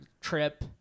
trip